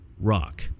rock